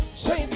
say